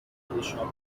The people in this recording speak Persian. خودشان